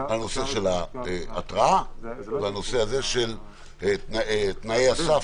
נושא ההתראה ונושא תנאי הסף